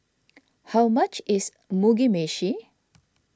how much is Mugi Meshi